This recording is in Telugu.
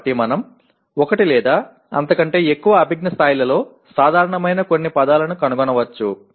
కాబట్టి మనం ఒకటి లేదా అంతకంటే ఎక్కువ అభిజ్ఞా స్థాయిలలో సాధారణమైన కొన్ని పదాలను కనుగొనవచ్చు